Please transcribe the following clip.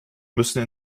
müssen